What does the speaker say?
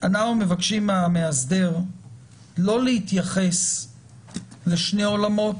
אנחנו מבקשים מהמאסדר לא להתייחס לשני עולמות,